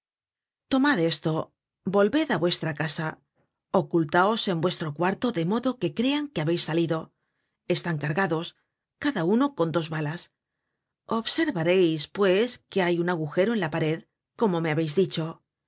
breve tomad esto volved á vuestra casa ocultáos en vuestro cuarto de modo que crean que habeis salido están cargados cada uno con dos balas observareis pues que hay un agujero en la pared como me habeis dicho esa